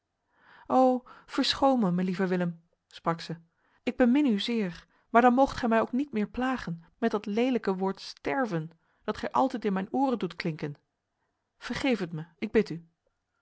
verschoon mij mijn lieve willem sprak zij ik bemin u zeer maar dan moogt gij mij ook niet meer plagen met dat lelijke woord sterven dat gij altijd in mijn oren doet klinken vergeef het mij ik bid u